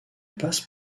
passe